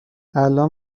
الآن